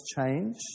change